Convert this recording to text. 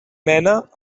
mena